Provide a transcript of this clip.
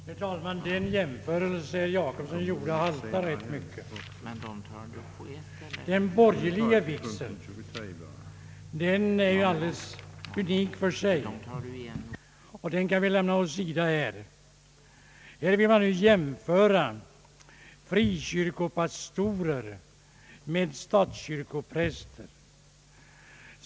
Herr talman! Den jämförelse herr Jacobsson gjorde haltar rätt mycket. Den borgerliga vigseln är en sak för sig, så den kan vi lämna åsido i det här sammanhanget. Här vill man nu jämföra frikyrkopastorer med statskyrkopräster.